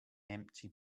empty